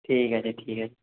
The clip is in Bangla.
ঠিক আছে ঠিক আছে